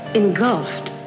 engulfed